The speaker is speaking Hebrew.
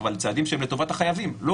לבצע את שלב הרישום הרי אתם לא יודעים מראש